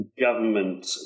Government